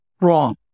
wrong